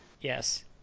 Yes